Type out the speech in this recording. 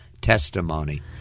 testimony